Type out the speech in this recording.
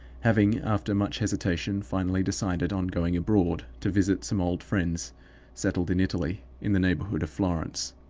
having, after much hesitation, finally decided on going abroad, to visit some old friends settled in italy, in the neighborhood of florence.